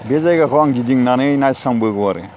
बे जायगाखौ आं गिदिंनानै नायस्रांबोगौ आरो